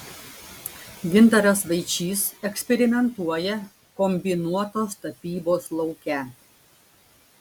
gintaras vaičys eksperimentuoja kombinuotos tapybos lauke